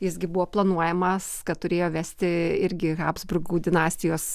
jis gi buvo planuojamas kad turėjo vesti irgi habsburgų dinastijos